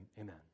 amen